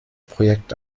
projekt